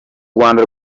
rwanda